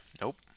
Nope